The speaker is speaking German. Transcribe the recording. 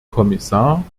kommissar